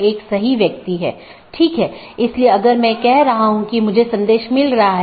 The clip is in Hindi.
एक BGP के अंदर कई नेटवर्क हो सकते हैं